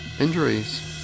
injuries